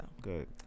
good